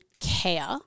care